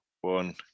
one